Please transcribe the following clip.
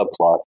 subplot